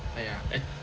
!aiya! an~